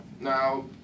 Now